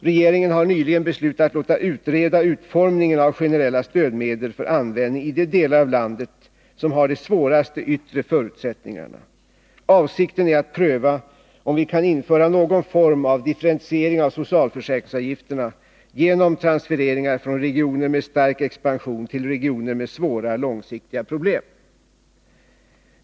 Regeringen har nyligen beslutat att låta utreda utformningen av generella stödmedel för användning i de delar av landet som har de svåraste yttre förutsättningarna. Avsikten är att pröva om vi kan införa någon form av differentiering av socialförsäkringsavgifterna genom transfereringar från regioner med stark expansion till regioner med svåra långsiktiga problem.